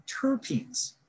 terpenes